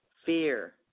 Fear